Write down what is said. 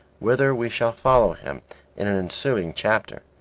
whither we shall follow him in an ensuing chapter.